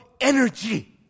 energy